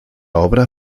obra